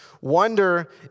Wonder